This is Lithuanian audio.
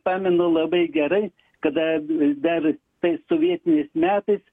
pamenu labai gerai kada dar tais sovietiniais metais